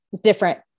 different